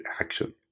action